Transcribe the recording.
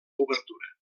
obertura